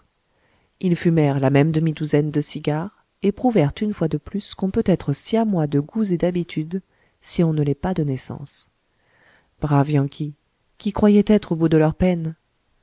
ils fumèrent la même demi-douzaine de cigares et prouvèrent une fois de plus qu'on peut être siamois de goûts et d'habitudes si on ne l'est pas de naissance braves yankees qui croyaient être au bout de leurs peines